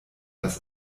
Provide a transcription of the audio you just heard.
das